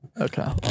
Okay